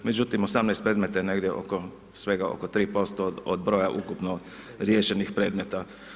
Međutim 18 predmeta je negdje oko, svega oko 3% od broja ukupno riješenih predmeta.